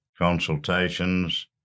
consultations